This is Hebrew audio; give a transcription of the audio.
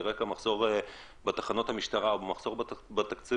רקע מחסור בתחנות משטרה או מחסור בתקציבים,